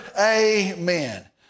amen